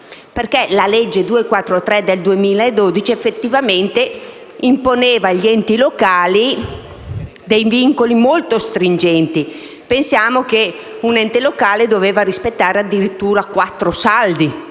la legge n. 243 del 2012, che effettivamente imponeva agli enti locali dei vincoli molti stringenti. Pensate che un ente locale doveva rispettare addirittura quattro